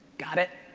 got it?